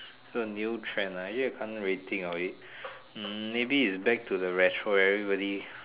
so new trend ah you'll come be think of it maybe its back to the retro where everybody